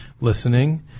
listening